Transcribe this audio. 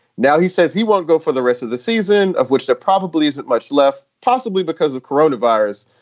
now he says he won't go for the rest of the season. of which there probably isn't much left. possibly because of corona virus,